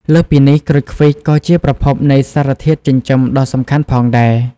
លើសពីនេះ ក្រូចឃ្វិចក៏ជាប្រភពនៃសារធាតុចិញ្ចឹមដ៏សំខាន់ផងដែរ។